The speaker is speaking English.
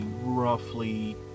roughly